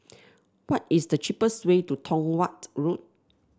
what is the cheapest way to Tong Watt Road